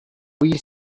wee